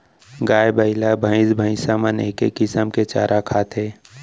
गाय, बइला, भईंस भईंसा मन एके किसम के चारा खाथें